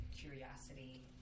Curiosity